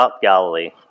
Galilee